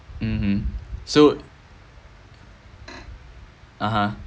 mmhmm so ah ha